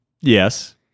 Yes